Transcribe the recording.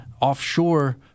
offshore